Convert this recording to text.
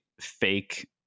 fake